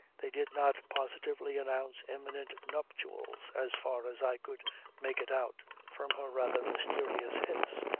they did not positively announce imminent nuptials as far as i could make it out from her rather mysterious hints.